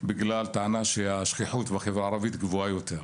בגלל הטענה שהשכיחות בחברה הערבית גבוהה יותר.